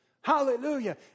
Hallelujah